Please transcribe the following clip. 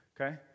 okay